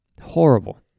Horrible